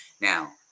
Now